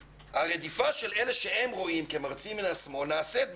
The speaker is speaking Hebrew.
הרדיפה של אלה שהם רואים כמרצים מן השמאל נעשית,